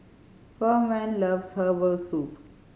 Furman loves herbal soup